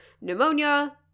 pneumonia